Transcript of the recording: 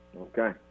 okay